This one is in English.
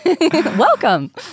Welcome